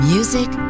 Music